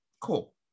cool